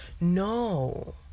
No